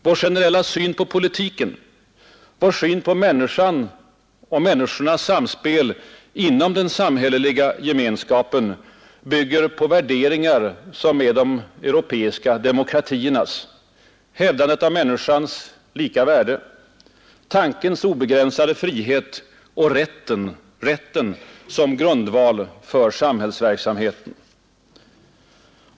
Vår generella syn på politiken, vår syn på människan och människornas samspel inom den samhälleliga gemenskapen bygger på värderingar som är de europeiska demokratiernas — hävdandet av människornas lika värde, tankens obegränsade frihet och rätten som grundval för samhällsverksamheten.